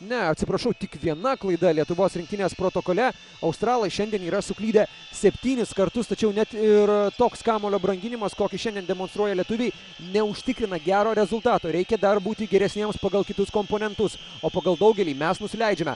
ne atsiprašau tik viena klaida lietuvos rinktinės protokole australai šiandien yra suklydę septynis kartus tačiau net ir toks kamuolio branginimas kokį šiandien demonstruoja lietuviai neužtikrina gero rezultato reikia dar būti geresniems pagal kitus komponentus o pagal daugelį mes nusileidžiame